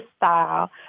style